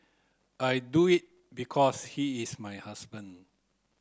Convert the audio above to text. I do it because he is my husband